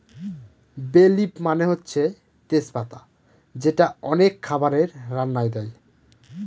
বে লিফ মানে হচ্ছে তেজ পাতা যেটা অনেক খাবারের রান্নায় দেয়